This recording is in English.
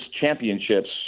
championships